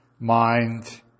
mind